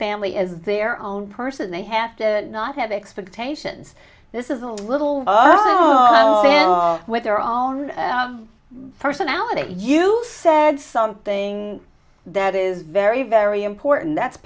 family is their own person they have to not have expectations this is a little with their own personality you said something that is very very important that's